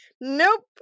nope